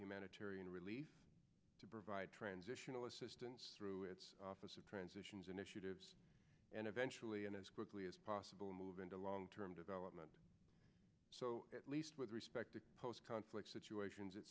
humanitarian relief to provide transitional assistance through its office of transitions initiatives and eventually as quickly as possible move into long term development so at least with respect to post conflict situations